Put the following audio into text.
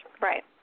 Right